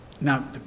Now